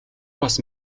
бас